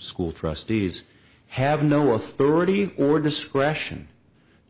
school trustees have no authority or discretion